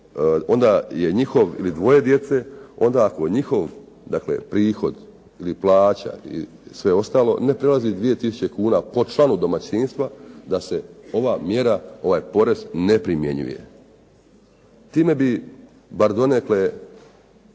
onda je njihov ili dvoje djece, onda ako njihov dakle, prihod ili plaća i sve ostalo ne prelazi 2 tisuće kuna po članu domaćinstva, da se ova mjera, ovaj porez ne primjenjuje. Time bi bar donekle